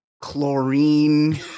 chlorine